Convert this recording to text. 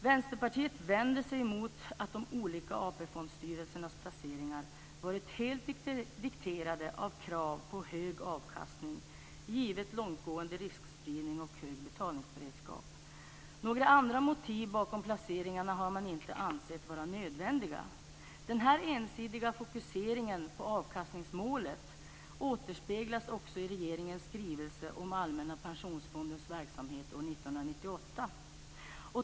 Vänsterpartiet vänder sig emot att de olika AP-fondstyrelsernas placeringar varit helt dikterade av krav på hög avkastning, givet långtgående riskspridning och hög betalningsberedskap. Några andra motiv bakom placeringarna har man inte ansett vara nödvändiga. Den ensidiga fokuseringen på avkastningsmålet återspeglas också i regeringens skrivelse om Allmänna pensionsfondens verksamhet år 1998.